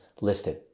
listed